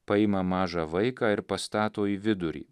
paima mažą vaiką ir pastato į vidurį